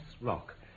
Rock